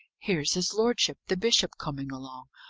here's his lordship the bishop coming along!